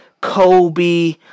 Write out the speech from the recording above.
Kobe